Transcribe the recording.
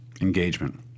engagement